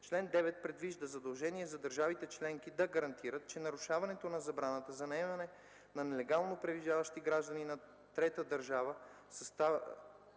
Член 9 предвижда задължение за държавите членки да гарантират, че нарушаването на забраната за наемане на нелегално пребиваващи граждани на трета държава